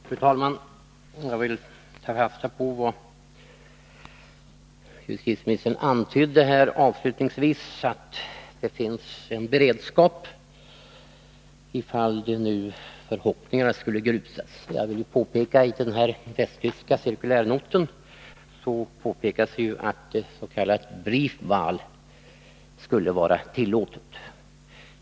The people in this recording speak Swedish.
Fru talman! Jag vill ta fasta på vad justitieministern antydde avslutningsvis, nämligen att det finns en beredskap ifall förhoppningarna skulle grusas. I den västtyska cirkulärnoten påpekas att ett s.k. Briefwahl skulle vara tillåtet.